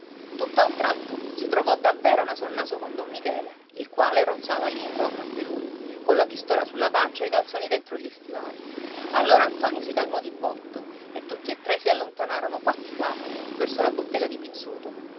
promesso tutt'a un tratto si trovò davvero naso a naso con don michele il quale ronzava lì intorno anche lui colla pistola sulla pancia e i calzoni dentro gli stivali allora ntoni si calmò di botto e tutti e tre si allontanarono quatti quatti verso la bottega di pizzuto